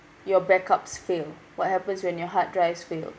your backups fail what happens when your hard drives fail